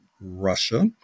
Russia